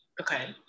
Okay